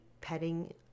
petting